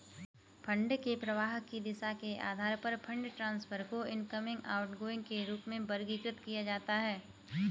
fund के प्रवाह की दिशा के आधार पर फंड ट्रांसफर को इनकमिंग, आउटगोइंग के रूप में वर्गीकृत किया जाता है